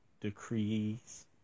decrease